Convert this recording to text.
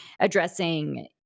addressing